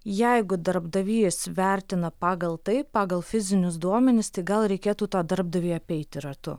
jeigu darbdavys vertina pagal tai pagal fizinius duomenis tai gal reikėtų tą darbdavį apeiti ratu